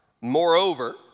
Moreover